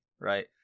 Right